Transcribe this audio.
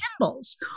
symbols